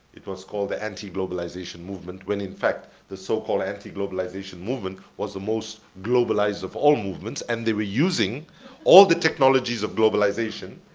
it was called the antiglobalization movement when in fact, the so-called antiglobalization movement was the most globalized of all movements and they were using all the technologies of globalization,